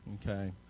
okay